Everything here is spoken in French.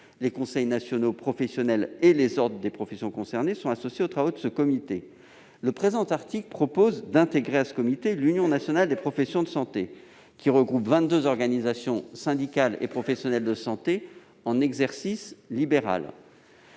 Les conseils nationaux professionnels et les ordres des professions concernées sont associés aux travaux de ce comité. Le présent article prévoit d'intégrer à ce comité l'Union nationale des professions de santé, l'UNPS, qui regroupe vingt-deux organisations syndicales et professionnelles de santé en exercice libéral.